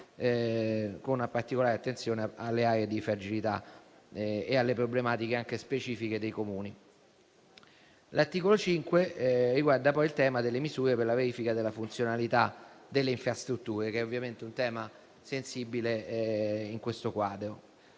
con particolare attenzione alle aree di fragilità e alle problematiche specifiche dei Comuni stessi. L'articolo 5 riguarda poi il tema delle misure per la verifica della funzionalità delle infrastrutture, un tema sensibile in questo quadro.